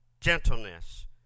gentleness